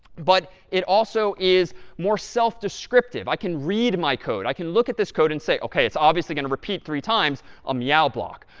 but it also is more self-descriptive. i can read my code. i can look at this code and say, ok, it's obviously going to repeat three times a meow block.